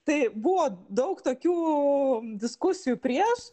tai buvo daug tokių diskusijų prieš